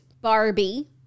Barbie